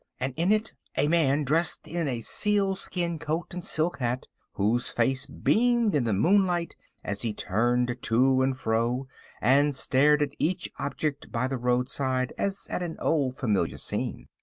and in it a man dressed in a sealskin coat and silk hat, whose face beamed in the moonlight as he turned to and fro and stared at each object by the roadside as at an old familiar scene.